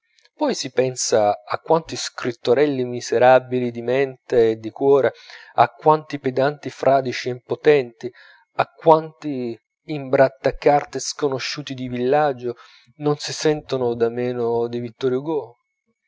poi si pensa a quanti scrittorelli miserabili di mente e di cuore a quanti pedanti fradici e impotenti a quanti imbrattacarte sconosciuti di villaggio non si sentono da meno di vittor hugo